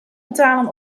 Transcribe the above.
betalen